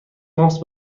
ماوس